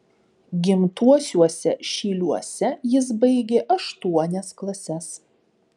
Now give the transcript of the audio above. gimtuosiuose šyliuose jis baigė aštuonias klases